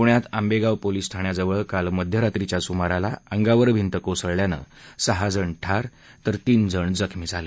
पण्यात आंबेगाव पोलीस ठाण्याजवळ काल मध्यरात्रीच्या सुमाराला अंगावर भिंत कोसळल्यानं सहाजण ठार तर तीन जण जखमी झाले